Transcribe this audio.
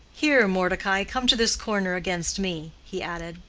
here, mordecai, come to this corner against me, he added,